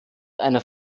eine